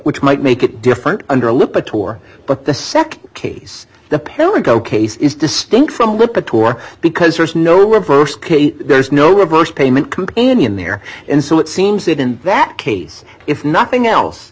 which might make it different under a look at tor but the nd case the parent go case is distinct from look at tour because there's no reverse there's no reverse payment companion there and so it seems that in that case if nothing else